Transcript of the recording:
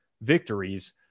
victories